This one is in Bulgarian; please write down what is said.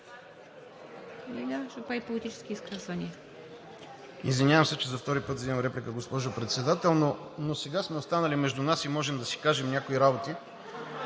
Извинявам се, че за втори път взимам реплика, госпожо Председател, но сега сме останали между нас си и можем да си кажем някои работи.